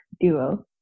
Duo